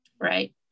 right